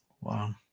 Wow